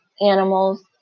animals